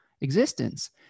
existence